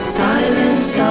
silence